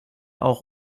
auch